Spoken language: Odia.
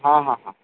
ହଁ ହଁ ହଁ